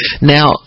Now